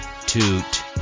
Toot